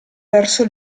verso